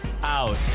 out